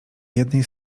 jednej